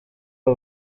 aba